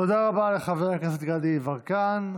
תודה רבה לחבר הכנסת גדי יברקן.